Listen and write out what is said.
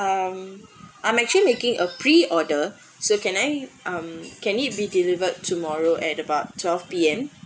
um I'm actually making a pre order so can I mm can it be delivered tomorrow at about twelve P_M